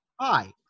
hi –